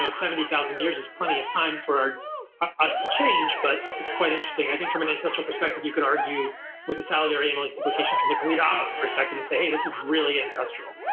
so seventy thousand years is plenty of time for us to change, but it's quite interesting. i think from an ancestral perspective you could argue with a salivary amylase duplication from the complete opposite perspective and say, hey, this is really ancestral.